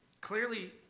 clearly